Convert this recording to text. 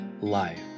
life